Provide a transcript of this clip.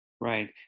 Right